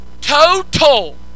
Total